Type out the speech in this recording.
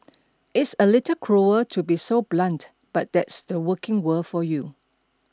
it's a little cruel to be so blunt but that's the working world for you